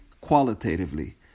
qualitatively